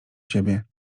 siebie